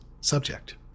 subject